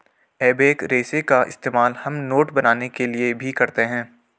एबेक रेशे का इस्तेमाल हम नोट बनाने के लिए भी करते हैं